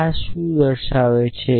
આ સાધન શું કહે છે